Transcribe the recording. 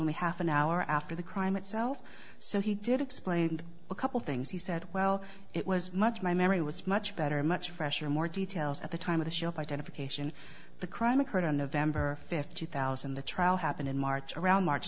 only half an hour after the crime itself so he did explain a couple things he said well it was much my memory was much better much fresher more details at the time of the shop identification the crime occurred on november fifth two thousand the trial happened in march around march